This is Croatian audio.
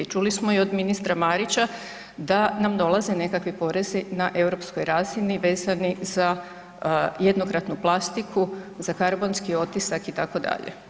Čuli smo i od ministra Marića da nam dolaze nekakvi porezi na europskoj razini vezani za jednokratnu plastiku, za karbonski otisak itd.